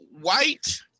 white